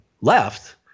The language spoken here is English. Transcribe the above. left